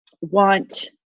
want